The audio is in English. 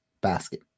Basket